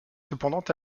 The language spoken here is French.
cependant